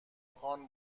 خان